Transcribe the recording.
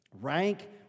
Rank